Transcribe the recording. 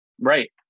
Right